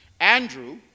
Andrew